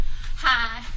Hi